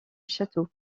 château